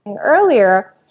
earlier